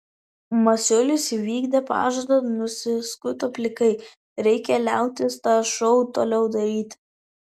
masiulis įvykdė pažadą nusiskuto plikai reikia liautis tą šou toliau daryti